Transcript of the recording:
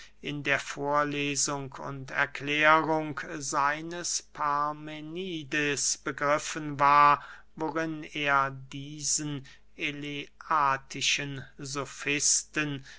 in der vorlesung und erklärung seines parmenides begriffen war worin er diesen eleatischen sofisten